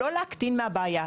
לא באה להקטין מהבעיה.